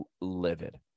livid